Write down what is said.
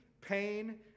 pain